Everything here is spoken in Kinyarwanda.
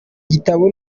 gitabo